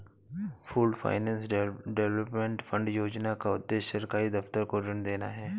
pooled finance development fund योजना का उद्देश्य सरकारी दफ्तर को ऋण देना है